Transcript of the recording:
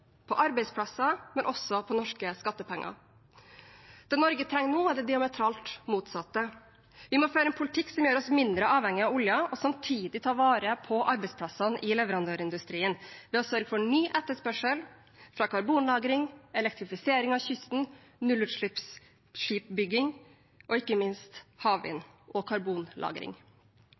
arbeidsplasser, men også med norske skattepenger. Det Norge trenger nå, er det diametralt motsatte. Vi må føre en politikk som gjør oss mindre avhengige av oljen og samtidig tar vare på arbeidsplassene i leverandørindustrien ved å sørge for ny etterspørsel fra elektrifisering av kysten, nullutslippsskipsbygging og ikke minst havvind og karbonlagring.